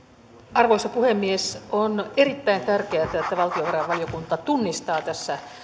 arvoisa puhemies on erittäin tärkeätä että valtiovarainvaliokunta tunnistaa tässä